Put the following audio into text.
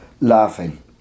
laughing